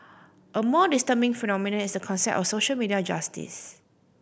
a more disturbing phenomenon is the concept of social media justice